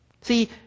See